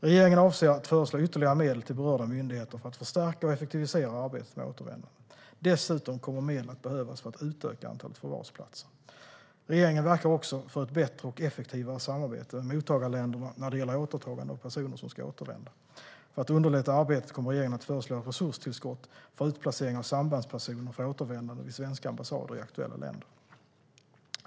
Regeringen avser att föreslå ytterligare medel till berörda myndigheter för att förstärka och effektivisera arbetet med återvändande. Dessutom kommer medel att behövas för att utöka antalet förvarsplatser. Regeringen verkar också för ett bättre och effektivare samarbete med mottagarländerna när det gäller återtagande av personer som ska återvända. För att underlätta arbetet kommer regeringen att föreslå resurstillskott för utplacering av sambandspersoner för återvändande vid svenska ambassader i aktuella länder.